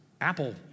apple